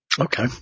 Okay